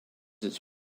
its